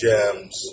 Gems